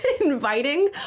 inviting